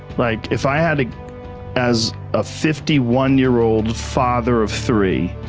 like if i had to as a fifty one year old father of three,